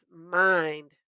mind